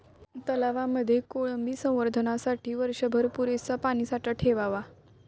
तलावांमध्ये कोळंबी संवर्धनासाठी वर्षभर पुरेसा पाणीसाठा ठेवावा